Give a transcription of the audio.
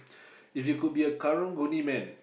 if you could be a karang-guni man